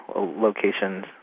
locations